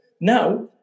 Now